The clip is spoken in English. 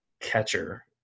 catcher